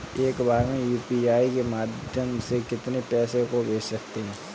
एक बार में यू.पी.आई के माध्यम से कितने पैसे को भेज सकते हैं?